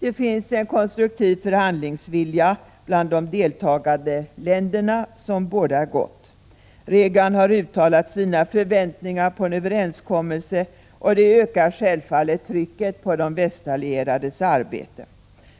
Det finns en konstruktiv förhandlingsvilja bland de deltagande länderna som bådar gott. Reagan har uttalat sina förväntningar på en överenskommelse, och det ökar självfallet trycket på de västallierades arbete.